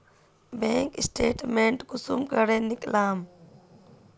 Bank statement कुंसम करे निकलाम?